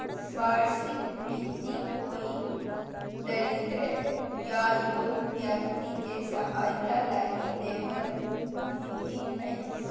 वार्षिक भृति कोई दरिद्र या योग्य व्यक्ति के सहायता लगी दैबल भित्ती हइ